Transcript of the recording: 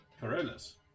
Corollas